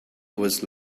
was